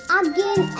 again